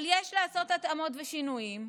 אבל יש לעשות התאמות ושינויים,